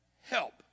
help